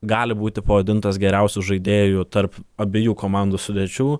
gali būti pavadintas geriausiu žaidėju tarp abiejų komandų sudėčių